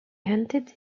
hunted